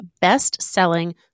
best-selling